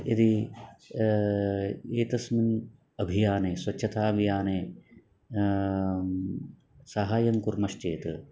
यदि एतस्मिन् अभियाने स्वच्छताभियाने सहायं कुर्मश्चेत्